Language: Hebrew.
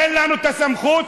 תן לנו את הסמכות,